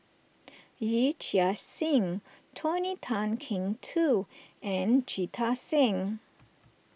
Yee Chia Hsing Tony Tan Keng Joo and Jita Singh